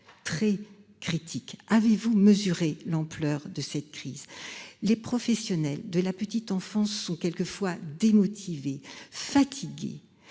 très critique. Avez-vous mesuré l'ampleur de cette crise, les professionnels de la petite enfance sont fois démotivés. Fatigués.